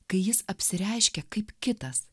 kai jis apsireiškia kaip kitas